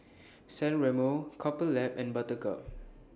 San Remo Couple Lab and Buttercup